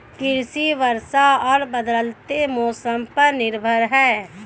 कृषि वर्षा और बदलते मौसम पर निर्भर है